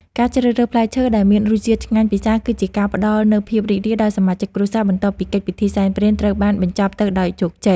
ការជ្រើសរើសផ្លែឈើដែលមានរសជាតិឆ្ងាញ់ពិសាគឺជាការផ្ដល់នូវភាពរីករាយដល់សមាជិកគ្រួសារបន្ទាប់ពីកិច្ចពិធីសែនព្រេនត្រូវបានបញ្ចប់ទៅដោយជោគជ័យ។